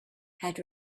had